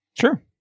Sure